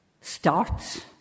starts